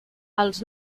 els